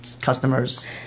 customers